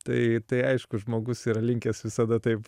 tai tai aišku žmogus yra linkęs visada taip